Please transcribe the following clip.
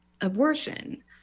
abortion